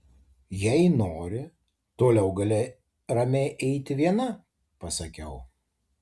jei nori toliau gali ramiai eiti viena pasakiau